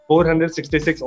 466